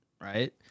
right